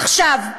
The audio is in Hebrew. עכשיו,